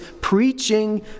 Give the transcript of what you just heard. preaching